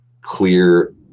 clear